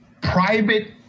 private